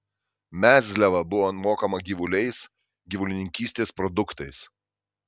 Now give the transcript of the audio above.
mezliava buvo mokama gyvuliais gyvulininkystės produktais